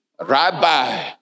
Rabbi